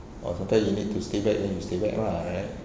or sometimes you need to stay back then you stay back lah right